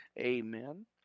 Amen